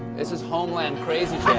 this is homeland crazy